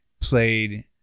played